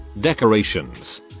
decorations